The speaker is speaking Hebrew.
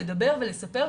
לדבר ולספר,